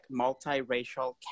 multiracial